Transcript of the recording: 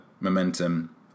momentum